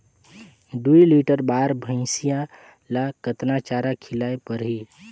दुई लीटर बार भइंसिया ला कतना चारा खिलाय परही?